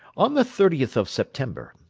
on the thirtieth of september,